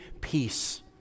peace